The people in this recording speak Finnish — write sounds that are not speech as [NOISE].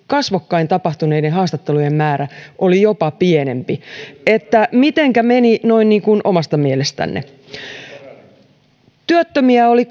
kasvokkain tapahtuneiden haastattelujen määrä oli jopa pienempi että mitenkä meni noin niin kuin omasta mielestänne työttömiä oli [UNINTELLIGIBLE]